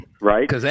right